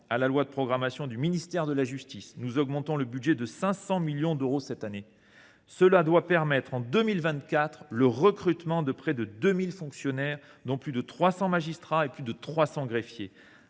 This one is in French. et de programmation du ministère de la justice, nous augmentons le budget de la Chancellerie de 500 millions d’euros. Cet effort doit permettre, en 2024, le recrutement de près de 2 000 fonctionnaires, dont plus de 300 magistrats et plus de 300 greffiers.